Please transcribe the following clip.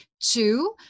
Two